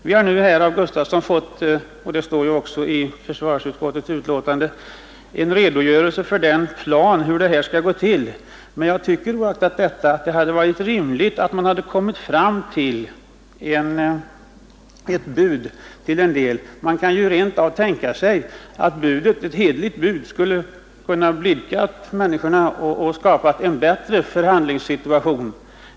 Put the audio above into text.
Vi har nu av herr Gustafsson i Uddevalla — och det står också i försvarsutskottets betänkande — fått en redogörelse för planen över hur utvidgningen skall gå till, men jag tycker att det ändock hade varit rimligt att man hade kommit fram till ett bud för en del markägare. Det är ju rent av tänkbart att ett hederligt bud skulle ha kunnat blidka de berörda människorna och skapa en bättre förhandlingssituation.